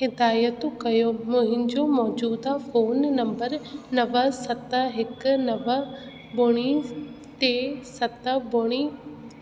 हिदायतूं कयो मुंहिंजो मौजूदा फोन नम्बर नव सत हिकु नव बुड़ी टे सत बुड़ी